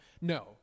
no